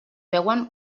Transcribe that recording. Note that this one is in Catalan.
veuen